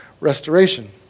restoration